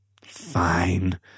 Fine